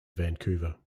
vancouver